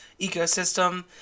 ecosystem